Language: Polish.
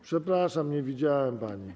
Przepraszam, nie widziałem pani.